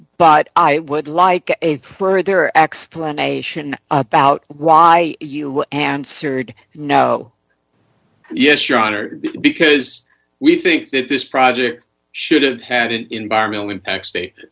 but i would like a further explanation about why you answered no yes your honor because we think that this project should have had an environmental